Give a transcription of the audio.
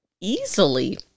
easily